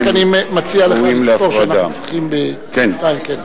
רק אני מציע לך לזכור שאנחנו צריכים ב-14:00, כן?